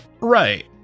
Right